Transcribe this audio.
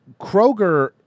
Kroger